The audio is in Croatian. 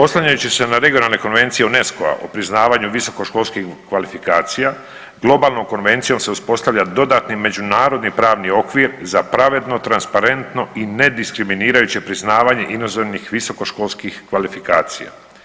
Oslanjajući se na regionalne Konvencije UNESCO-a priznavanju visoko školskih kvalifikacija Globalnom konvencijom se uspostavlja dodatni međunarodni pravni okvir za pravedno, transparentno i nediskriminirajuće priznavanje inozemnih visoko školskih kvalifikacija.